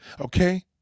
Okay